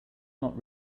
not